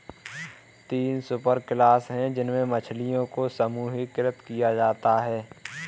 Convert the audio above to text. तीन सुपरक्लास है जिनमें मछलियों को समूहीकृत किया जाता है